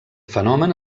fenomen